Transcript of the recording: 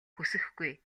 хүсэхгүй